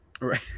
Right